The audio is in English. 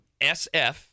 SF